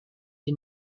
did